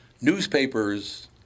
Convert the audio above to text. newspapers